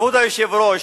כבוד היושב-ראש,